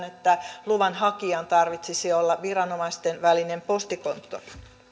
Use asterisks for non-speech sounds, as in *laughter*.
*unintelligible* että luvanhakijan tarvitsisi olla viranomaisten välinen postikonttori